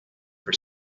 for